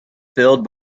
filled